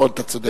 נכון, אתה צודק.